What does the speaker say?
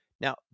Now